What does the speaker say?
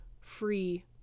free